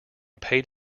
paid